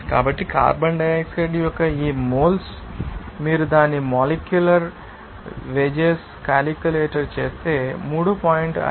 కాబట్టి carbon dioxide యొక్క ఈ మోల్స్ మీరు దాని మొలేక్యూలర్ వేజెస్ క్యాలికులెట్ చేస్తే 3